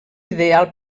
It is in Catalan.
ideal